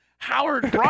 Howard